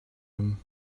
him